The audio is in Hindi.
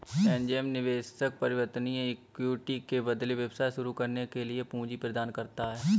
एंजेल निवेशक परिवर्तनीय इक्विटी के बदले व्यवसाय शुरू करने के लिए पूंजी प्रदान करता है